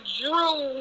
drew